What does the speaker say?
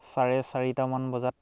চাৰে চাৰিটা মান বজাত